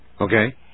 Okay